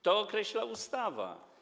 To określa ustawa.